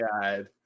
god